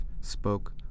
spoke